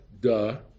duh